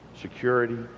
security